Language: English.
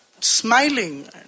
smiling